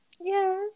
yes